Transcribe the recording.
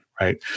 Right